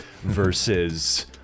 versus